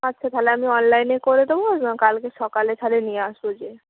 আচ্ছা তাহলে আমি অনলাইনে করে দেবো কালকে সকালে তাহলে নিয়ে আসবো যেয়ে